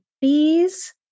bees